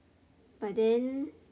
but then